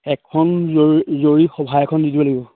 এখন জৰুৰী সভা এখন দি দিব লাগিব